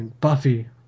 Buffy